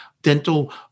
dental